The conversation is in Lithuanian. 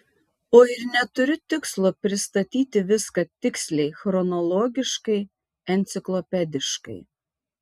o ir neturiu tikslo pristatyti viską tiksliai chronologiškai enciklopediškai